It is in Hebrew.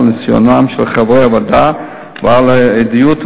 על ניסיונם של חברי הוועדה ועל העדויות